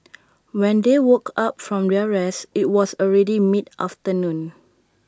when they woke up from their rest IT was already mid afternoon